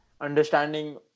understanding